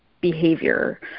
behavior